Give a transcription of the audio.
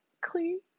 clean